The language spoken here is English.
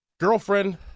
girlfriend